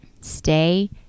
Stay